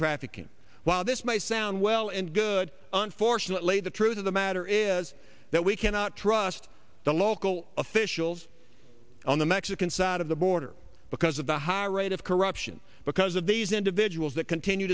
trafficking while this may sound well and good unfortunately the truth of the matter is that we cannot trust the local officials on the mexican side of the border because of the high rate of corruption because of these individuals that continue